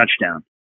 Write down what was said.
touchdown